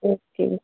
okay